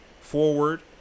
forward